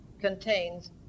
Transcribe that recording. contains